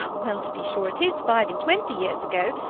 well, to be sure, it is five-and-twenty years ago.